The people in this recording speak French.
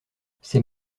c’est